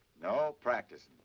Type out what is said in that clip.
no, practising.